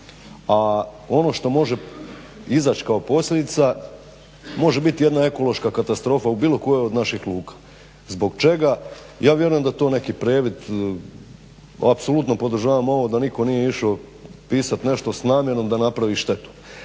a ono što može izaći kao posljedica može biti jedna ekološka katastrofa u bilo kojoj od naših luka. Zbog čega? Ja vjerujem da je to neki previd. Apsolutno podržavam ovo da nitko nije išao pisat nešto s namjerom da napravi štetu,